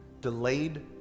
delayed